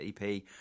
EP